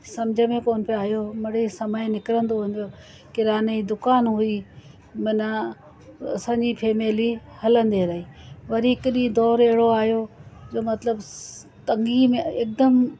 समुझ में कोन पिए आयो मिणेई समय निकिरंदो हूंदो किराने जी दुकानु हुई माना असांजी फैमिली हलंदी रही वरी हिकु ॾींहुं दौर अहिड़ो आयो जो मतलबु तंॻी में हिकदमि